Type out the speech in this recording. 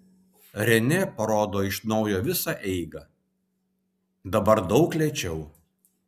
renė parodo iš naujo visą eigą dabar daug lėčiau